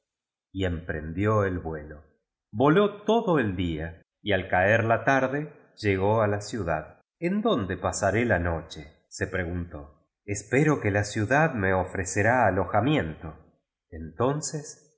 y emprendió d vuelo voló iodo d día y al caer a tarde llegó a lo ciudad en dónde pagaré la noche se preguntó espero que la ciudad jne ofrecerá alojamiento entonces